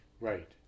Right